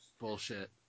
Bullshit